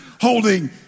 holding